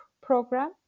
program